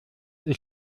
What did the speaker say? ist